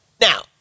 Now